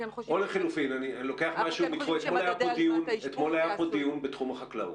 או לחלופין אתמול היה פה דיון בתחום החקלאות,